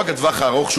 לא רק בטווח הארוך,